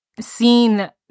seen